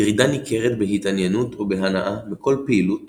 ירידה ניכרת בהתעניינות או בהנאה מכל פעילות